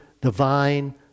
divine